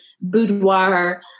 boudoir